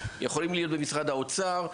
הם יכולים להיות במשרד האוצר,